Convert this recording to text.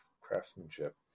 craftsmanship